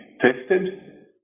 tested